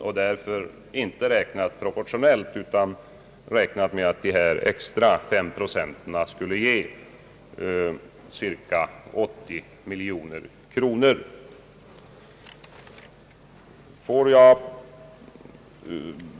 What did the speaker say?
Därför har vi inte räknat proportionellt utan förutsatt att de extra 5 procenten bara skulle ge cirka 80 miljoner kronor.